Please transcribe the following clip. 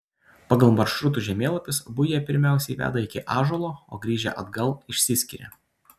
pagal maršrutų žemėlapius abu jie pirmiausiai veda iki ąžuolo o grįžę atgal išsiskiria